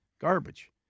Garbage